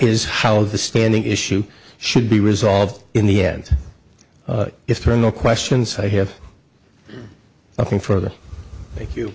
is how the standing issue should be resolved in the end just turn the questions i have nothing further thank you